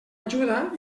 ajuda